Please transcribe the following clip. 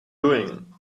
doing